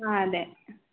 ആ അതേ